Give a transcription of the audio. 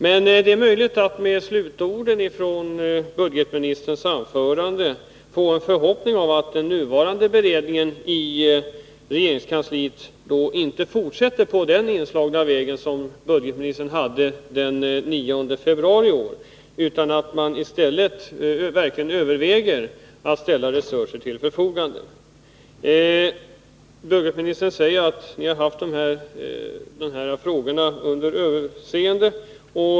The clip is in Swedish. Men med tanke på slutorden i budgetministerns anförande hyser jag förhoppningen att regeringen vid den nuvarande beredningen i regeringskansliet inte fortsätter på den inslagna vägen utan i stället verkligen överväger att ställa resurser till förfogande. Budgetministern säger att de här frågorna har setts över.